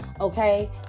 okay